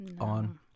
on